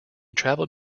traveled